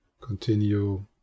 continue